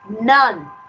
none